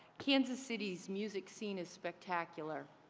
kansas city's music scene is spectacular.